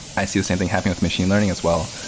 i see the same thing happening with machine learning as well,